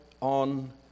on